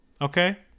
okay